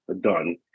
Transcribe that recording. done